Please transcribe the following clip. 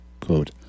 Quote